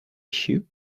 issue